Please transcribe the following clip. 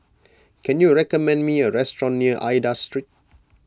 can you recommend me a restaurant near Aida Street